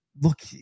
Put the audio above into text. look